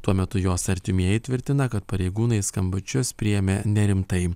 tuo metu jos artimieji tvirtina kad pareigūnai skambučius priėmė nerimtai